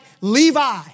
Levi